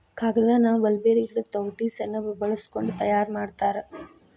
ಕಾಗದಾನ ಮಲ್ಬೇರಿ ಗಿಡದ ತೊಗಟಿ ಸೆಣಬ ಬಳಸಕೊಂಡ ತಯಾರ ಮಾಡ್ತಾರ